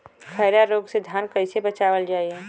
खैरा रोग से धान कईसे बचावल जाई?